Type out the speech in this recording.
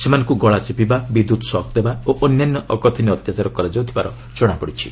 ସେମାନଙ୍କୁ ଗଳା ଚିପିବା ବିଦ୍ୟୁତ୍ ସକ୍ ଦେବା ଓ ଅନ୍ୟାନ୍ୟ ଅକଥନିୟ ଅତ୍ୟାଚାର କରାଯାଉଥିବାର ଜଣାପଡ଼ିଛି